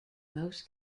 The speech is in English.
most